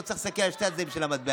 פה צריך להסתכל על שני הצדדים של המטבע.